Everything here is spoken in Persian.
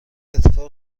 اتفاق